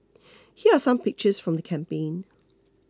here are some pictures from the campaign